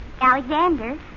Alexander